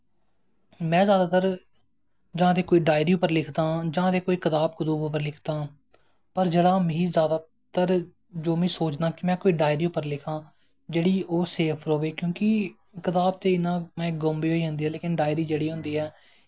में जैदातर जां ते कोई डायरी उप्पर लिखदा जां ते कताब कतूब उप्पर लिखदा पर जेह्का मिगी जैदातर जो में सोचदा कि में डायरी पर लिखां जेह्ड़ी ओह् सेफ र'वै क्योंकि कताब ते गुम बी होई जंदी ऐ डायरी जेह्ड़ी होंदी ऐ